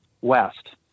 west